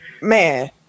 Man